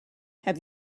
have